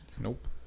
Nope